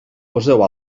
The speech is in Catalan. poseu